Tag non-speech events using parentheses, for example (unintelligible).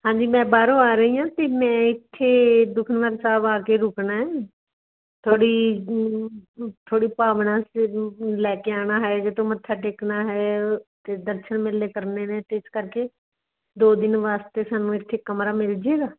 ਹਾਂਜੀ ਮੈਂ ਬਾਹਰੋਂ ਆ ਰਹੀ ਹਾਂ ਅਤੇ ਮੈਂ ਇੱਥੇ ਦੁਖਨਿਵਾਰਨ ਸਾਹਿਬ ਆ ਕੇ ਰੁਕਣਾ ਥੋੜ੍ਹੀ (unintelligible) ਥੋੜ੍ਹੀ ਭਾਵਨਾ ਅਤੇ ਲੈ ਕੇ ਆਉਣਾ ਹੈਗਾ ਮੱਥਾ ਟੇਕਣਾ ਹੈ ਅਤੇ ਦਰਸ਼ਨ ਮੇਲੇ ਕਰਨੇ ਨੇ ਅਤੇ ਇਸ ਕਰਕੇ ਦੋ ਦਿਨ ਵਾਸਤੇ ਸਾਨੂੰ ਇੱਥੇ ਕਮਰਾ ਮਿਲ ਜਾਏਗਾ